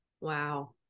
wow